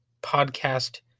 podcast